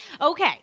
okay